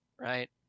Right